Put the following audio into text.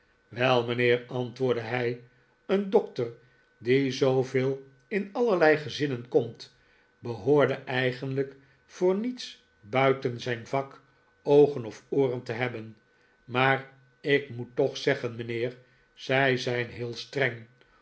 wel mijnheer antwoordde hij een dokter die zooveel in allerlei gezinnen komt behoorde eigenlijk voor niets buiten zijn vak oogen of ooren te hebben maar ik moet toch zeggen mijnheer zij zijn heel streng